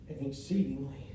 exceedingly